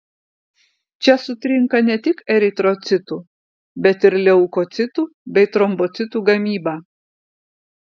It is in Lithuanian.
čia sutrinka ne tik eritrocitų bet ir leukocitų bei trombocitų gamyba